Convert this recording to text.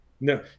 No